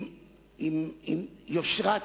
עם יושרה ציבורית,